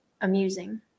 amusing